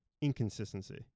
inconsistency